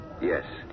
Yes